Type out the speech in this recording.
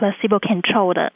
placebo-controlled